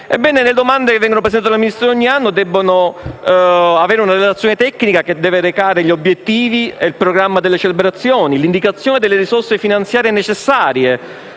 Le domande, che vengono esaminate dal Ministro ogni anno, devono essere corredate da una relazione tecnica che deve recare gli obiettivi e il programma delle celebrazioni; l'indicazione delle risorse finanziarie necessarie,